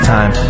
Time